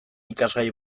ikasgai